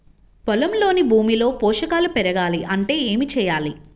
పొలంలోని భూమిలో పోషకాలు పెరగాలి అంటే ఏం చేయాలి?